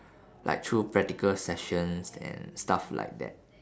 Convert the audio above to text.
like through practical sessions and stuff like that